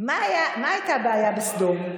מה הייתה הבעיה בסדום?